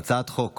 על הצעת חוק